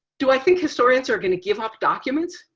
do i think historians are going to give up documents?